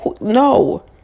No